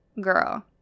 Girl